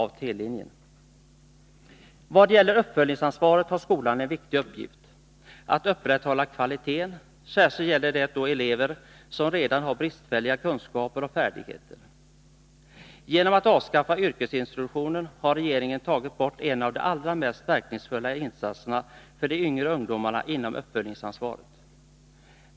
Vad gäller uppföljningsansvaret har skolan en viktig uppgift för att upprätthålla kvaliteten. Särskilt gäller det då elever som redan har bristfälliga kunskaper och färdigheter. Genom att avskaffa yrkesintroduktionen har regeringen tagit bort en av de allra mest verkningsfulla insatserna inom uppföljningsansvaret för de yngre ungdomarna.